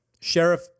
Sheriff